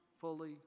fully